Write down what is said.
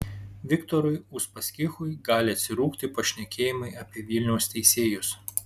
viktorui uspaskichui gali atsirūgti pašnekėjimai apie vilniaus teisėjus